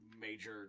major